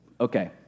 okay